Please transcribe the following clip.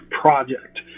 project